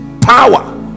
power